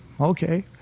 okay